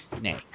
nay